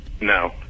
No